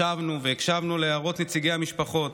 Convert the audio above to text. ישבנו והקשבנו להערות נציגי המשפחות,